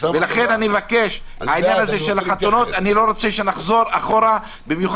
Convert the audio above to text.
אני לא רוצה שנחזור אחורה בעניין החתונות,